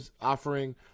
offering